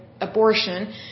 abortion